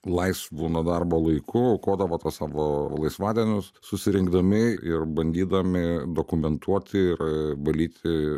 laisvu nuo darbo laiku koto savo laisvadienius susirinkdami ir bandydami dokumentuoti ir valyti